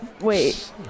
Wait